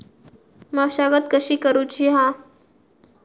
मशागत कशी करूची हा?